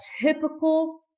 typical